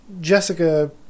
Jessica